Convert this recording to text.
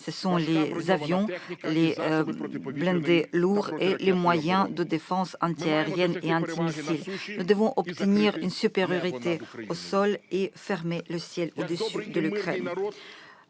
d'obtenir des avions, des blindés lourds et des moyens de défense anti-aérienne et anti-missiles, pour avoir la supériorité au sol et fermer le ciel au-dessus de l'Ukraine.